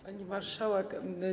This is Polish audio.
Pani Marszałek!